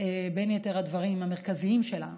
בין יתר הדברים המרכזיים שלהם.